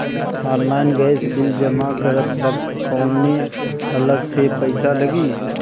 Online gas bill जमा करत वक्त कौने अलग से पईसा लागी?